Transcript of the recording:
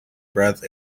breath